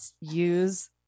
use